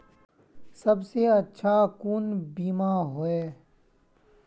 सबसे अच्छा कुन बिमा होय?